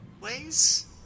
ways